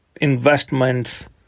investments